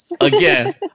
Again